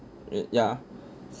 ye~ yeah